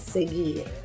Seguir